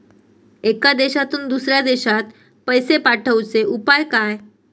एका देशातून दुसऱ्या देशात पैसे पाठवचे उपाय काय?